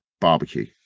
barbecue